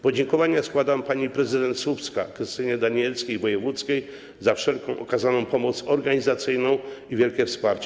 Podziękowania składam pani prezydent Słupska Krystynie Danileckiej-Wojewódzkiej za wszelką okazaną pomoc organizacyjną i wielkie wsparcie.